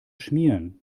schmieren